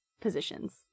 positions